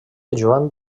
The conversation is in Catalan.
joan